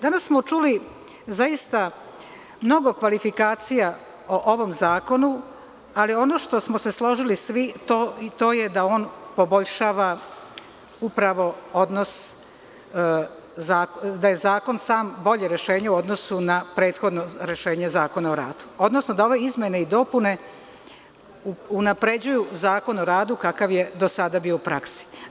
Danas smo čuli mnogo kvalifikacija o ovom zakonu, ali ono što smo se svi složili, to je da on poboljšava upravo odnos, da je zakon sam bolje rešenje u odnosu na prethodno rešenje Zakona o radu, odnosno da ove izmene i dopune unapređuju Zakon o radu kakav je do sada bio u praksi.